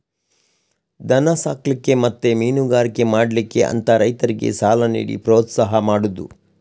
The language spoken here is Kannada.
ದನ ಸಾಕ್ಲಿಕ್ಕೆ ಮತ್ತೆ ಮೀನುಗಾರಿಕೆ ಮಾಡ್ಲಿಕ್ಕೆ ಅಂತ ರೈತರಿಗೆ ಸಾಲ ನೀಡಿ ಪ್ರೋತ್ಸಾಹ ಮಾಡುದು